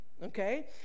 okay